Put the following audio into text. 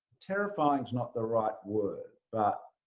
terrifying is not the right word. but